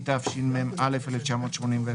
התשמ"א 1981,